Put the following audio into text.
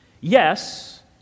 Yes